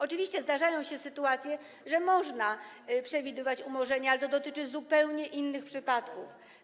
Oczywiście zdarzają się sytuacje, że można przewidywać umorzenia, ale to dotyczy zupełnie innych przypadków.